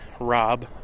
Rob